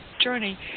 journey